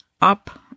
up